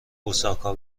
اوساکا